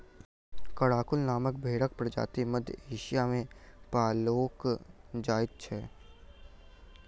Karakul नामक भेंड़क प्रजाति मध्य एशिया मे पाओल जाइत छै